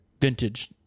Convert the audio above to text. vintage